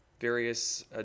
various